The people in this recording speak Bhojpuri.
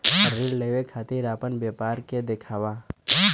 ऋण लेवे के खातिर अपना व्यापार के दिखावा?